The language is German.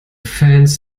fans